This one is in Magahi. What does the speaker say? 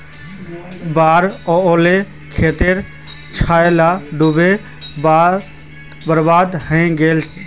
बाढ़ ओस्ले खेतेर गाछ ला डूबे बर्बाद हैनं जाहा